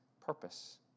purpose